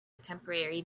temporary